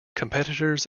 competitors